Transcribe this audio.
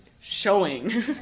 showing